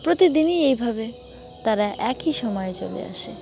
প্রতিদিনই এইভাবে তারা একই সময়ে চলে আসে